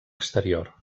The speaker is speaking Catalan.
exterior